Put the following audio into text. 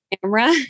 camera